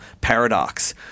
paradox